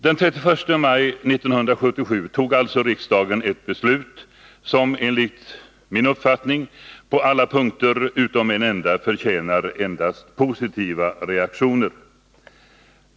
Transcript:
Den 31 maj 1977 fattade alltså riksdagen ett beslut som enligt min mening på alla punkter utom en enda förtjänar endast positiva reaktioner.